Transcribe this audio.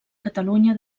catalunya